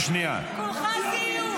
תרדו מהם.